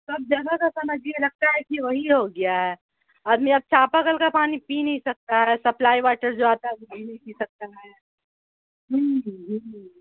سب جگہ کا سمجھیے لگتا ہے کہ وہی ہو گیا ہے آدمی اب چاپا کل کا پانی پی نہیں سکتا ہے سپلائی واٹر جو آتا ہے وہ نہیں پی سکتا ہے